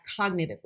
cognitively